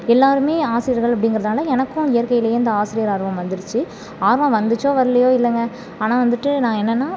எல்லாேருமே ஆசிரியர்கள் அப்படிங்கிறதால எனக்கும் இயற்கையிலேருந்து ஆசிரியர் ஆர்வம் வந்துருச்சு ஆர்வம் வந்துச்சோ வரலையாே இல்லைங்க ஆனால் வந்துட்டு நான் என்னென்னால்